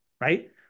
right